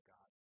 God